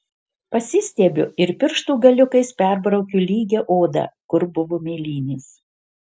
pasistiebiu ir pirštų galiukais perbraukiu lygią odą kur buvo mėlynės